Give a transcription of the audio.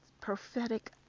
prophetic